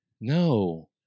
No